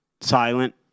silent